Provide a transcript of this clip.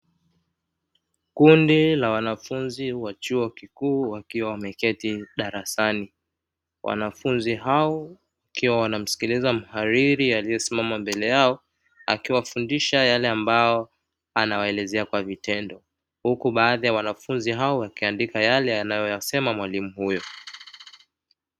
Kundi la wanafunzi wa chuo kikuu wakiwa wameketi darasani. Wanafunzi hao wakiwa wanamsikiliza mhariri aliyesimama mbele yao akiwafundisha yale ambayo anawaelezea kwa vitendo, huku baadhi ya wanafunzi hao wakiandika yale yanayoyasemwa na mwalimu huyo.